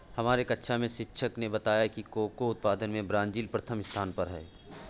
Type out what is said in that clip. हमारे कक्षा में शिक्षक ने बताया कि कोको उत्पादन में ब्राजील प्रथम स्थान पर है